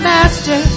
Master